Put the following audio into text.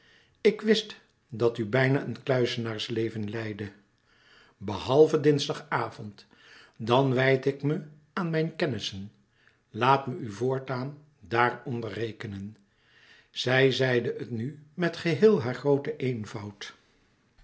ik wist dat u bijna een kluizenaarsleven leidde behalve dinsdag avond dan wijd ik me aan mijn kennissen laat me u voortaan daaronder rekenen zij zeide het nu met geheel haar grooten eenvoud